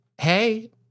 hey